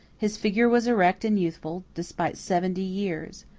his figure was erect and youthful, despite seventy years.